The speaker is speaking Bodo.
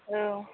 औ